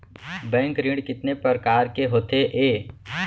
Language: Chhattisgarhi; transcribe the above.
बैंक ऋण कितने परकार के होथे ए?